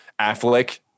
Affleck